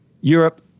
Europe